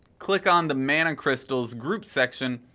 click on the mana crystal groups section,